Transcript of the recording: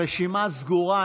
הרשימה סגורה.